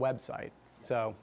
website so